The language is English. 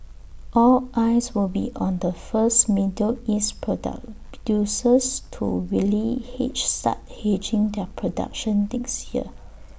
all eyes will be on the first middle east product producers to really hedge start hedging their production next year